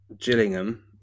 Gillingham